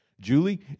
Julie